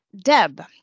Deb